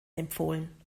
empfohlen